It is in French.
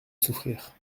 souffrir